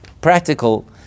practical